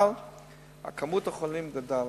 אבל כמות החולים גדלה.